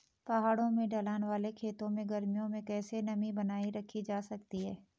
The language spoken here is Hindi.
पहाड़ों में ढलान वाले खेतों में गर्मियों में कैसे नमी बनायी रखी जा सकती है?